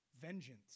vengeance